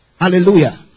Hallelujah